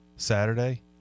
saturday